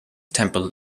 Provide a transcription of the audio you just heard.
temple